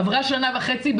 עברה שנה וחצי,